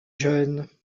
jeunes